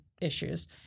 issues